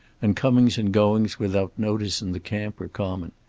and comings and goings without notice in the camp were common.